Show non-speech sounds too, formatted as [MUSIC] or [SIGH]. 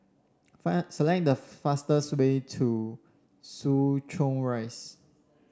[UNINTELLIGIBLE] select the fastest way to Soo Chow Rise